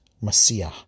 Messiah